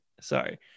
Sorry